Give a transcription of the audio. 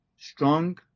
Strong